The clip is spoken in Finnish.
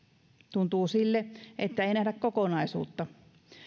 tuntuu sille että ei nähdä kokonaisuutta